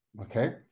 Okay